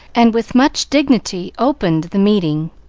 and with much dignity opened the meeting.